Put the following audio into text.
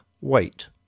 Wait